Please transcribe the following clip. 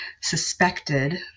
suspected